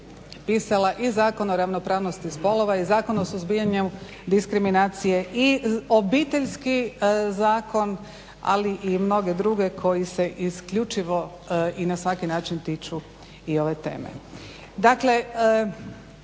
pisala i Zakon o ravnopravnosti spolova i Zakon o suzbijanju diskriminacije i Obiteljski zakon, ali i mnoge druge koji se isključivo i na svaki način tiču i ove teme.